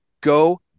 go